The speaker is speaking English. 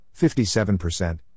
57%